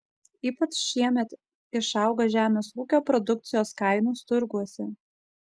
ypač šiemet išaugo žemės ūkio produkcijos kainos turguose